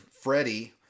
Freddie